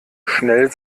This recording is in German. schnell